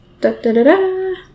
Da-da-da-da